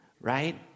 right